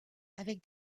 avec